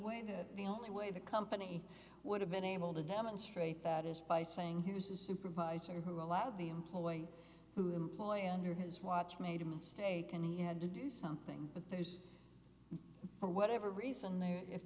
way the only way the company would have been able to demonstrate that is by saying here's a supervisor who a lot of the employee who employee under his watch made a mistake and he had to do something but there's for whatever reason if there